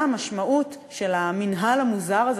מה המשמעות של המינהל המוזר הזה,